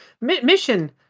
mission